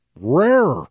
rare